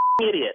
idiot